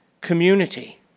community